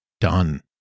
done